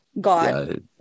god